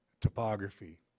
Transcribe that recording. topography